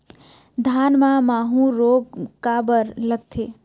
धान म माहू रोग काबर लगथे?